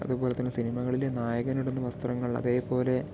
അത്പോലെ തന്നെ സിനിമകളിലെ നായകനിടുന്ന വസ്ത്രങ്ങൾ അതേപോലെ